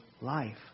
life